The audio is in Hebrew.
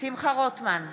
שמחה רוטמן,